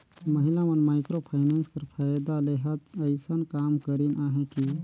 महिला मन micro finance कर फएदा लेहत अइसन काम करिन अहें कि